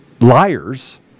liars